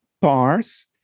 parse